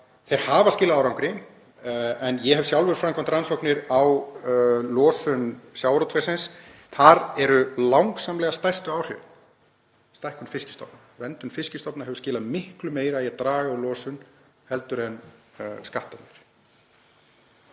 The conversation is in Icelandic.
þeir hafa skilað árangri. En ég hef sjálfur framkvæmt rannsóknir á losun sjávarútvegsins. Þar eru langsamlega stærstu áhrifin stækkun fiskstofna. Verndun fiskstofna hefur skilað miklu meira í að draga úr losun heldur en skattarnir.